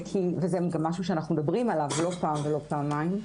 וזה גם משהו שאנחנו מדברים עליו לא פעם ולא פעמיים,